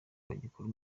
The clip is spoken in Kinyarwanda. bagikora